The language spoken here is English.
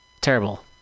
terrible